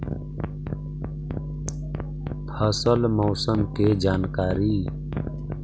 फसल मौसम के जानकारी?